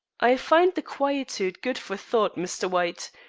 i find the quietude good for thought, mr. white.